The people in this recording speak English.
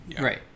Right